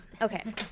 okay